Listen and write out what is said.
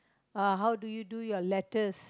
uh how do you do your letters